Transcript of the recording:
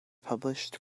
published